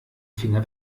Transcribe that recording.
finger